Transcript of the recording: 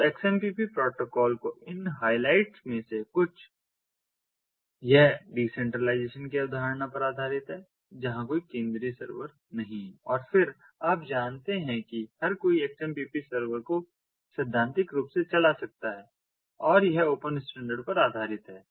तो XMPP protocol के इन हाइलाइट्स में से कुछ यह डिसेंट्रलाइजेशन की अवधारणा पर आधारित है जहां कोई केंद्रीय सर्वर नहीं है और फिर आप जानते हैं कि हर कोई XMPP सर्वर को सैद्धांतिक रूप से चला सकता है और यह ओपन स्टैंडर्ड पर आधारित है